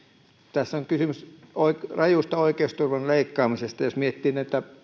tässä on kysymys rajusta oikeusturvan leikkaamisesta jos miettii